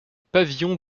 pavillon